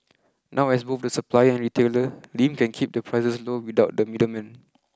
now as both the supplier and retailer Lin can keep the prices low without the middleman